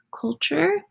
culture